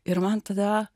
ir man tada